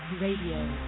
Radio